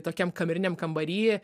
tokiam kameriniam kambary